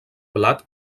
blat